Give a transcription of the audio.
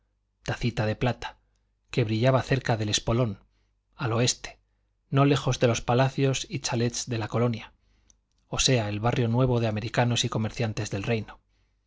tacita de plata que brillaba cerca del espolón al oeste no lejos de los palacios y chalets de la colonia o sea el barrio nuevo de americanos y comerciantes del reino